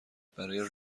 برای